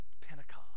Pentecost